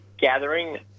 gathering